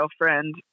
girlfriend